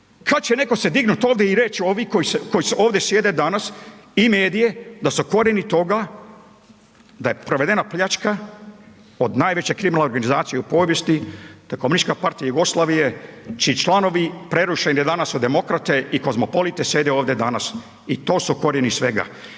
Kad će netko se dignuti i reći ovi koji ovdje sjede danas i medije da su korijeni toga da je provedena pljačka od najveće kriminalne organizacije u povijesti, to je KP Jugoslavije, čiji članovi prerušeni danas u demokrate i kozmopolite sjede ovdje danas i to su korijeni svega.